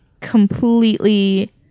completely